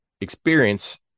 experience